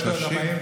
הרב אייכלר,